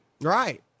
Right